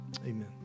Amen